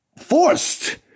forced